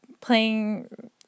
playing